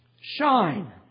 shine